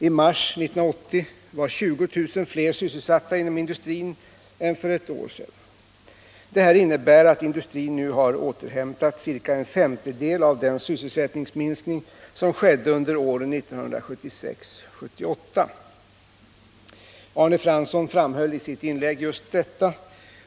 I mars 1980 var 20 000 fler sysselsatta inom industrin än för ett år sedan. Det innebär att industrin nu har återhämtat ca en femtedel av den sysselsättningsminskning som skedde under åren 1976-1978. Arne Fransson framhöll i sitt inlägg just detta.